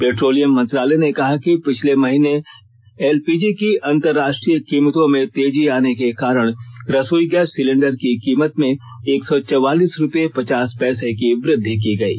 petroleum मंत्रालय ने कहा कि पिछले महीने एलपीजी की अंतर्राष्ट्रीय कीमतों में तेजी आने के कारण रसोई गैस सिलेंडर की कीमत में एक सौ चौवालीस रुपये पचास पैसे की वृद्धि की गयी